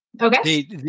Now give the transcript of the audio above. Okay